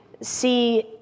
see